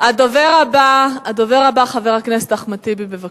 הדובר הבא, חבר הכנסת אחמד טיבי, בבקשה.